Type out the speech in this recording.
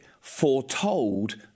foretold